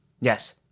Yes